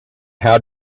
how